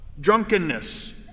drunkenness